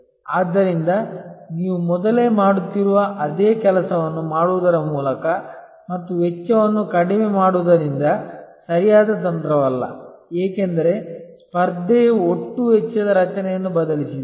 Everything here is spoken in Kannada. ಆದ್ದರಿಂದ ನೀವು ಮೊದಲೇ ಮಾಡುತ್ತಿರುವ ಅದೇ ಕೆಲಸವನ್ನು ಮಾಡುವುದರ ಮೂಲಕ ಮತ್ತು ವೆಚ್ಚವನ್ನು ಕಡಿಮೆ ಮಾಡುವುದರಿಂದ ಸರಿಯಾದ ತಂತ್ರವಲ್ಲ ಏಕೆಂದರೆ ಸ್ಪರ್ಧೆಯು ಒಟ್ಟು ವೆಚ್ಚದ ರಚನೆಯನ್ನು ಬದಲಿಸಿದೆ